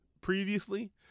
previously